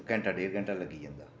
घैंटा डेढ़ घैंटा लग्गी जंदा